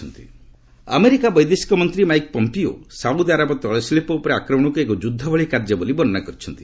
Saudi Iran Pompeo America ବୈଦେଶିକ ମନ୍ତ୍ରୀ Mike Pompeo Saudi Arab ତୈଳଶିଳ୍ପ ଉପରେ ଆକ୍ରମଣକୁ ଏକ ଯୁଦ୍ଧ ଭଳି କାର୍ଯ୍ୟ ବୋଲି ବର୍ଷନା କରିଛନ୍ତି